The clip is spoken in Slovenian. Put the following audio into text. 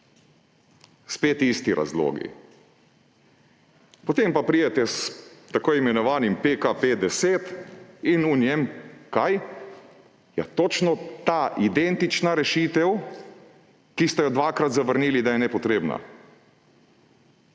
Spet isti razlogi. Potem pa pridete s tako imenovanim PKP10 in v njem – kaj? Ja točno ta, identična rešitev, ki ste jo dvakrat zavrnili, da je nepotrebna.